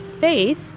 faith